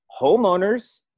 homeowners